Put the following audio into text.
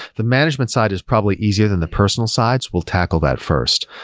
the management side is probably easier than the personal sides. we'll tackle that first.